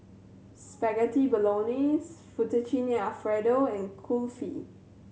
Spaghetti Bolognese Fettuccine Alfredo and Kulfi